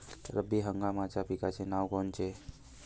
रब्बी हंगामाच्या पिकाचे नावं कोनचे?